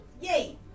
Yay